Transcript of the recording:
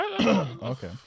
okay